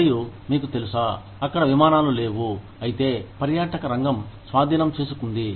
మరియు మీకు తెలుసా అక్కడ విమానాలు లేవు అయితే పర్యాటక రంగం స్వాధీనం చేసుకుంది